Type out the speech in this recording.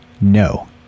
no